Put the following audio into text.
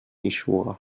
eixuga